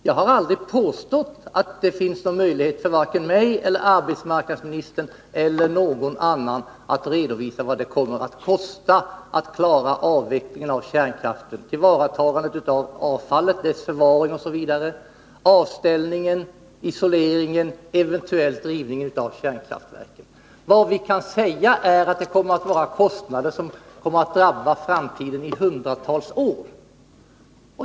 Jag har aldrig påstått att det finns någon möjlighet för vare sig mig, arbetsmarknadsministern eller någon annan att redovisa vad det kommer att kosta att klara avvecklingen av kärnkraften, tillvaratagandet av avfallet, förvaringen av det, avställningen, isoleringen och en eventuell rivning av kärnkraftverken. Vad vi kan konstatera är att det gäller kostnader som kommer att drabba framtiden i hundratals år.